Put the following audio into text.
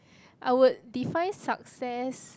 I would define success